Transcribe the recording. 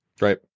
right